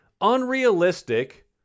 unrealistic